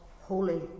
Holy